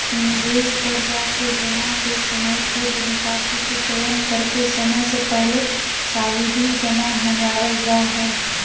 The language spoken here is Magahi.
निवेश पर जाके जमा के समयपूर्व निकासी के चयन करके समय से पहले सावधि जमा भंजावल जा हय